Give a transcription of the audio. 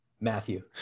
Matthew